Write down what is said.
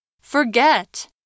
forget